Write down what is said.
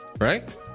right